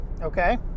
okay